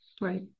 Right